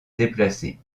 déplacer